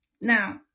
Now